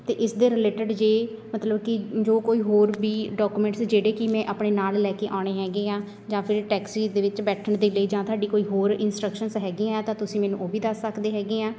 ਅਤੇ ਇਸਦੇ ਰਿਲੇਟਡ ਜੇ ਮਤਲਬ ਕਿ ਜੋ ਕੋਈ ਹੋਰ ਵੀ ਡਾਕੂਮੈਂਟਸ ਜਿਹੜੇ ਕਿ ਮੈਂ ਆਪਣੇ ਨਾਲ ਲੈ ਕੇ ਆਉਣੇ ਹੈਗੇ ਆ ਜਾਂ ਫਿਰ ਟੈਕਸੀ ਦੇ ਵਿੱਚ ਬੈਠਣ ਦੇ ਲਈ ਜਾਂ ਤੁਹਾਡੀ ਕੋਈ ਹੋਰ ਇੰਸਟਰਕਸ਼ਨਸ ਹੈਗੀਆਂ ਤਾਂ ਤੁਸੀਂ ਮੈਨੂੰ ਉਹ ਵੀ ਦੱਸ ਸਕਦੇ ਹੈਗੇ ਆ